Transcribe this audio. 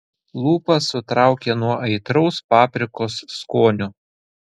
lūpas sutraukė nuo aitraus paprikos skonio